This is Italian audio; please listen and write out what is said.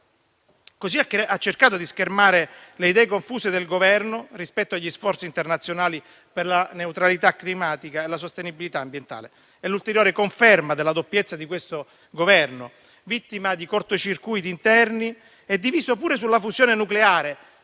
così, ha cercato di schermare le idee confuse del Governo rispetto agli sforzi internazionali per la neutralità climatica e la sostenibilità ambientale. È l'ulteriore conferma della doppiezza di questo Governo, vittima di cortocircuiti interni e diviso pure sulla fusione nucleare,